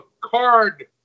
card